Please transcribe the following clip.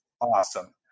awesome